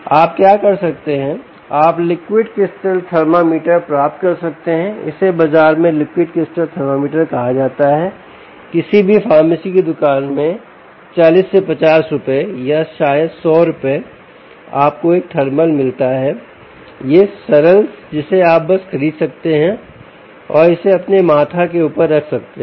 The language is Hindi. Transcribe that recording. आप क्या कर सकते हैं आप लिक्विड क्रिस्टल थर्मामीटर प्राप्त कर सकते हैं इसे बाजार में लिक्विड क्रिस्टल थर्मामीटर कहा जाता है किसी भी फार्मेसी की दुकान में 40 50 रुपये या शायद 100 रुपयेआपको एक थर्मल मिलता है यह सरल जिसे आप बस खरीद सकते हैं और इसे अपने माथा के ऊपर रख सकते हैं